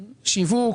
שיווק,